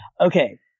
okay